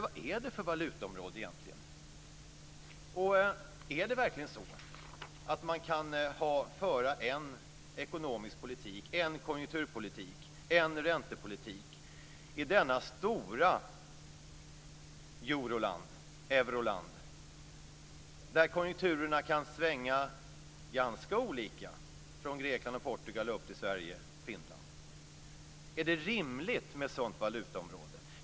Vad är det för valutaområde, egentligen? Är det verkligen så att man kan föra en ekonomisk politik, en konjunkturpolitik och en räntepolitik i detta stora euroland, där konjunkturerna kan svänga ganska olika mellan Grekland, Portugal, Sverige och Finland? Är det rimligt med ett sådant valutaområde?